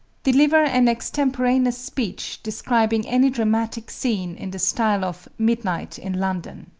deliver an extemporaneous speech describing any dramatic scene in the style of midnight in london.